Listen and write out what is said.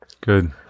Good